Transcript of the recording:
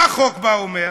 מה החוק בא ואומר?